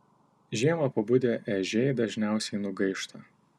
žiemą pabudę ežiai dažniausiai nugaišta